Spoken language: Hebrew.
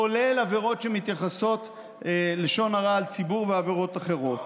כולל עבירות שמתייחסות ללשון הרע על ציבור ועבירות אחרות.